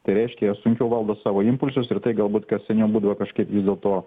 tai reiškia jie sunkiau valdo savo impulsus ir tai galbūt kas seniau būdavo kažkiek dėl to